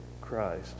Christ